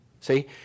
See